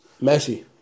Messi